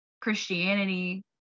Christianity